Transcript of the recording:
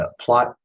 plot